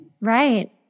Right